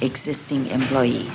existing employee